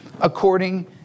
according